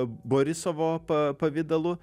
borisovo pa pavidalu